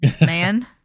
man